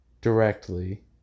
directly